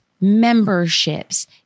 memberships